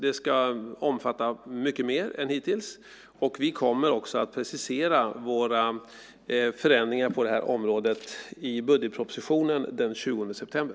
Det ska omfatta mycket mer än hittills, och vi kommer också att precisera våra förändringar på detta område i budgetpropositionen den 20 september.